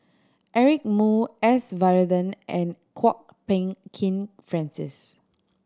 Eric Moo S Varathan and Kwok Peng Kin Francis